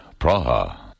Praha